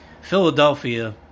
Philadelphia